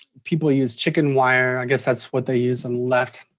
people use chicken wire i guess that's what they use them left.